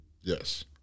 Yes